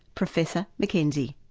professor mackenzie.